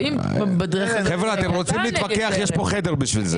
אם אתם רוצים להתווכח יש פה את החדר הסמוך בשביל זה.